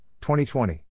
2020